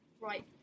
Right